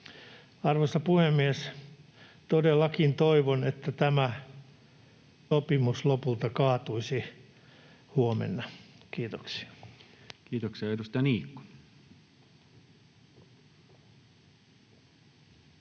Arvoisa puhemies! Todellakin toivon, että tämä huonosti neuvoteltu sopimus lopulta kaatuisi huomenna. — Kiitoksia. Kiitoksia. — Edustaja Niikko.